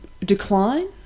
decline